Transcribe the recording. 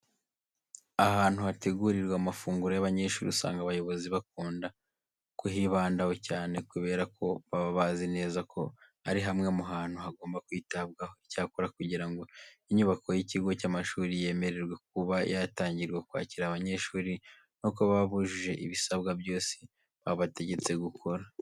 Ahantu hategurirwa amafunguro y'abanyeshuri usanga abayobozi bakunda kuhibandaho cyane kubera ko baba bazi neza ko ari hamwe mu hantu hagomba kwitabwaho. Icyakora kugira ngo inyubako y'ikigo cy'amashuri yemererwe kuba yatangira kwakira abanyeshuri, nuko baba bujuje ibisabwa byose babategetse gukora.